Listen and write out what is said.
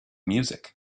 music